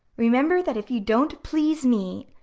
remember that if you don't please me,